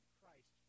christ